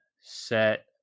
set